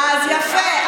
יפה.